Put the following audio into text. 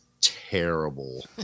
terrible